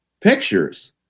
pictures